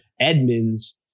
Edmonds